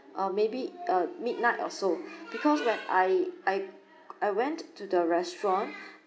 uh maybe uh midnight or so because when I I I went to the restaurant